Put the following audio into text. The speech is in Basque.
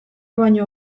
baino